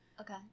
Okay